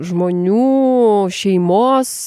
žmonių šeimos